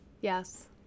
Yes